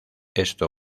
esto